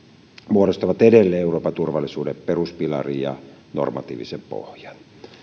muodostavat edelleen euroopan turvallisuuden peruspilarin ja normatiivisen pohjan